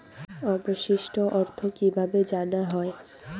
অবশিষ্ট অর্থ কিভাবে জানা হয়?